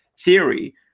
theory